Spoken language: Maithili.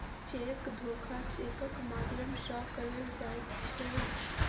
चेक धोखा चेकक माध्यम सॅ कयल जाइत छै